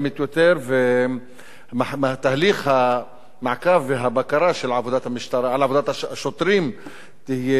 ותהליך המעקב והבקרה של עבודת המשטרה על עבודת השוטרים תהיה טובה יותר.